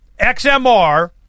XMR